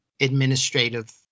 administrative